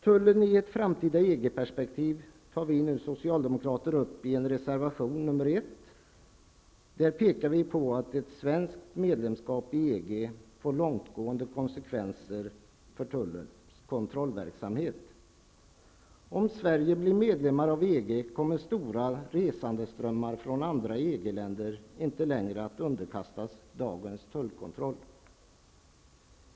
Tullens roll i ett framtida EG-perspektiv tar vi socialdemokrater upp i reservation 1. Där påpekar vi att ett svenskt medlemskap i EG får långtgående konsekvenser för tullens kontrollverksamhet. Om Sverige blir medlem av EG, kommer stora resandeströmmar från andra EG-länder inte längre att underkastas dagens tullkontroll.